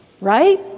right